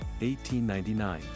1899